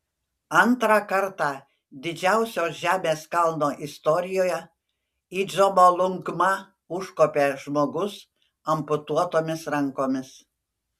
antrą kartą didžiausios žemės kalno istorijoje į džomolungmą užkopė žmogus amputuotomis rankomis